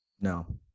No